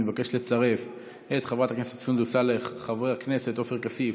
אני מבקש לצרף את חברת הכנסת סונדוס סאלח ואת חברי הכנסת עופר כסיף,